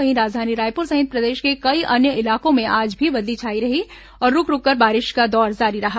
वहीं राजधानी रायपुर सहित प्रदेश के कई अन्य इलाकों में आज भी बदली छाई रही और रूक रूककर बारिश का दौर जारी रहा